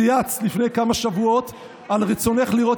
צייצת לפני כמה שבועות על רצונך לראות